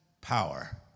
power